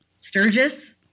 Sturgis